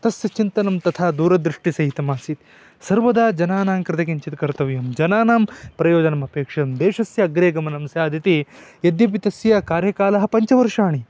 तस्य चिन्तनं तथा दूरदृष्टिसहितमासीत् सर्वदा जनानां कृते किञ्चित् कर्तव्यं जनानां प्रयोजनमपेक्षितं देशस्य अग्रे गमनं स्यादिति यद्यपि तस्य कार्यकालः पञ्चवर्षाणि